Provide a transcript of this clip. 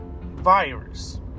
virus